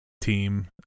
team